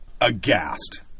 aghast